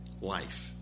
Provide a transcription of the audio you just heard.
life